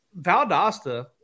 Valdosta